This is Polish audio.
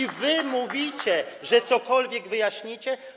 I wy mówicie, że cokolwiek wyjaśnicie?